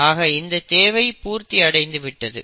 ஆக இந்த தேவை பூர்த்தி அடைந்து விட்டது